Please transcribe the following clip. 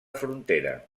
frontera